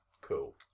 cool